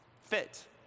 fit